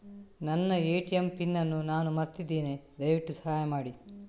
ನನ್ನ ATM PIN ಅನ್ನು ನಾನು ಮರ್ತಿದ್ಧೇನೆ, ದಯವಿಟ್ಟು ಸಹಾಯ ಮಾಡಿ